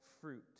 fruit